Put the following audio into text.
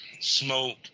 Smoke